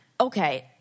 okay